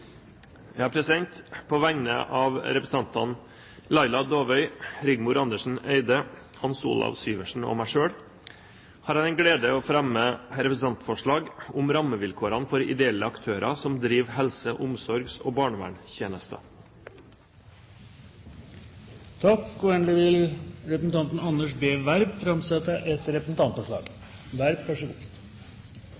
På vegne av representantene Laila Dåvøy, Rigmor Andersen Eide, Hans Olav Syversen og meg selv har jeg den glede å fremme et representantforslag om rammevilkårene for ideelle aktører som driver helse-, omsorgs- og barnevernstjenester. Endelig vil representanten Anders B. Werp framsette et representantforslag.